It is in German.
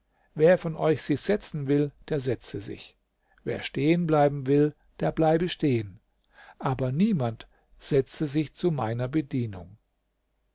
wer von euch sich setzen will der setze sich wer stehen bleiben will der bleibe stehen aber niemand setze sich zu meiner bedienung